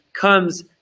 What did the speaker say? comes